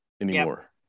anymore